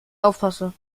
aufpasse